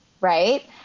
Right